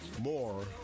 More